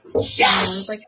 Yes